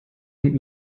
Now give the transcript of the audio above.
hängt